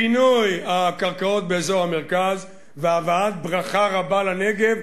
פינוי הקרקעות באזור המרכז והבאת ברכה רבה לנגב,